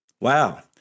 Wow